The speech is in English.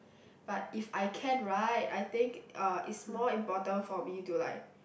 but if I can right I think uh it's more important for me to like